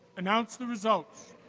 announce the results.